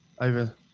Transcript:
over